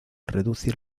reducir